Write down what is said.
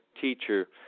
teacher